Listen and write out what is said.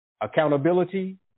accountability